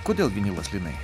kodėl vinylas linai